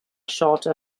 shorter